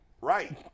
Right